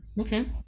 Okay